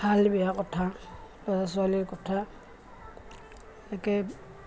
ভাল বেয়া কথা ল'ৰা ছোৱালীৰ কথা একে